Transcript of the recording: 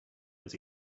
was